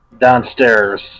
Downstairs